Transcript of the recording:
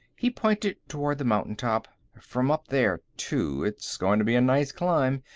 he pointed toward the mountaintop. from up there, too. it's going to be a nice climb.